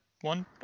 one